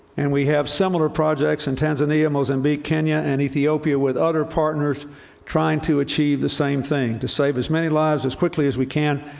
and we have similar projects in tanzania, mozambique, kenya and ethiopia with other partners trying to achieve the same thing to save as many lives as quickly as we can,